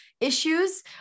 issues